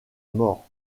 mort